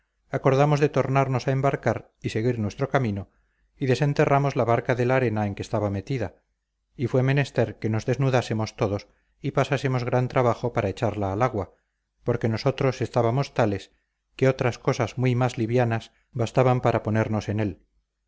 acordamos de tornarnos a embarcar y seguir nuestro camino y desenterramos la barca de la arena en que estaba metida y fue menester que nos desnudásemos todos y pasásemos gran trabajo para echarla al agua porque nosotros estábamos tales que otras cosas muy más livianas bastaban para ponernos en él